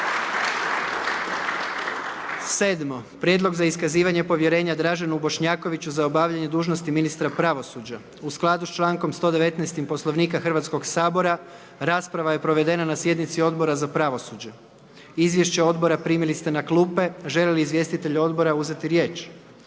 1. Prijedlog za iskazivanje povjerenja Lovri Kuščeviću za obavljanje dužnosti ministra uprave. U skladu s člankom 119. Poslovnika Hrvatskog sabora rasprava je provedena na sjednici Odbora za Ustav, Poslovnik i politički sustav. Izvješće odbora primili ste na klupe. Želi li izvjestitelj odbora uzeti riječ?